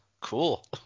cool